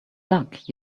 luck